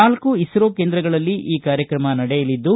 ನಾಲ್ಕು ಇಸ್ತ್ರೊ ಕೇಂದ್ರಗಳಲ್ಲಿ ಈ ಕಾರ್ಯಕ್ರಮ ನಡೆಯಲಿದ್ದು